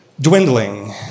dwindling